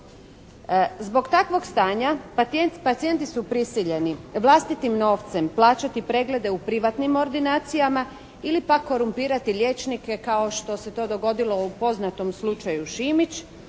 Zbog takvog stanja pacijenti su prisiljeni vlastitim novcem plaćati preglede u privatnim ordinacijama ili pak korumpirati liječnike kao što se to dogodilo u poznatom slučaju Šimić